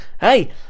Hey